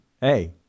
Hey